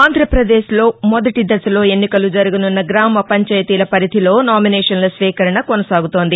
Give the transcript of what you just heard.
ఆంధ్రాప్రదేశ్లో మొదటి దశలో ఎన్నికలు జరగనున్న గ్రామ పంచాయతీల పరిధిలో నామినేషన్ల స్వీకరణ కొనసాగుతోంది